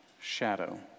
shadow